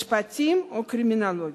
משפטים או קרימינולוגיה.